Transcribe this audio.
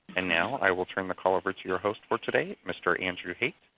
and now i will turn the call over to your host for today mr. andrew hait.